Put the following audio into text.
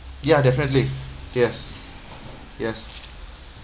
ya definitely yes yes